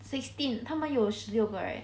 sixteen 他们有十六个 right